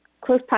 close